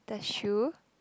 the shoe